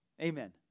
Amen